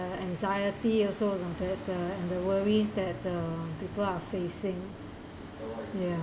anxiety also and that uh the worries that uh people are facing ya